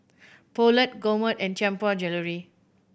Poulet Gourmet and Tianpo Jewellery